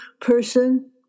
person